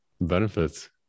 benefits